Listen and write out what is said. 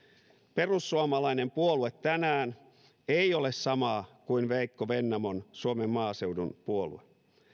perussuomalainen puolue tänään ei ole sama kuin veikko vennamon suomen maaseudun puolue